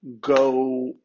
go